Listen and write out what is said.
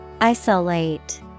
Isolate